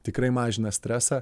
tikrai mažina stresą